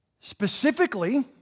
Specifically